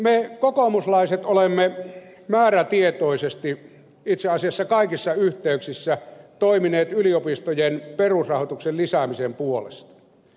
me kokoomuslaiset olemme määrätietoisesti itse asiassa kaikissa yhteyksissä toimineet yliopistojen perusrahoituksen lisäämisen puolesta